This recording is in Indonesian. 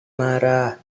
marah